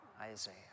Isaiah